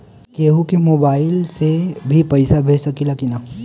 केहू के मोवाईल से भी पैसा भेज सकीला की ना?